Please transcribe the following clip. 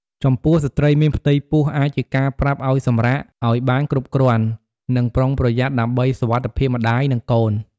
ចំពោះស្រ្តីមានផ្ទៃពោះ អាចជាការប្រាប់ឲ្យសម្រាកឲ្យបានគ្រប់គ្រាន់ និងប្រុងប្រយ័ត្នដើម្បីសុវត្ថិភាពម្ដាយ និងកូន។